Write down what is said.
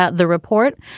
ah the report.